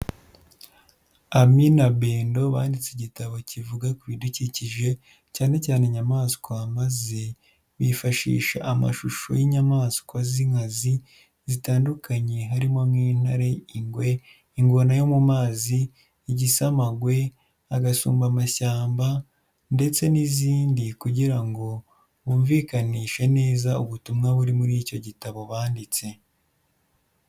Amy na Bendon banditse igitabo kivuga ku bidukikije cyane cyane inyamaswa maze bifashisha amashusho y'inyamaswa z'inkazi zitandukanye harimo nk'intare, ingwe, ingona yo mu mazi, igisamagwe, agasumbashyamba ndetse n'izindi kugira ngo bumvikanishe neza ubutumwa buri muri icyo gitabo banditse.